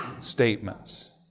statements